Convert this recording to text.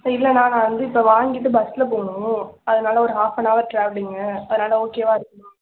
இல்லைண்ணா நான் வந்து இப்போ வாங்கிட்டு பஸ்ஸில் போகணும் அதனால ஒரு ஹாஃப் அண்ட் ஹவர் ட்ராவலிங்கு அதனால ஓகேவாக இருக்குமா